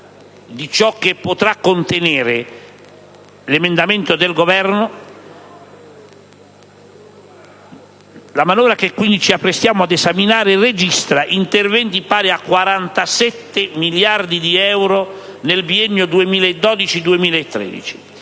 di ciò che potrà contenere l'annunciato maxiemendamento del Governo, la manovra che ci apprestiamo ad esaminare registra interventi pari a 47 miliardi di euro nel biennio 2012-2013,